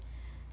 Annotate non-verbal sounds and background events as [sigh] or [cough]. [breath]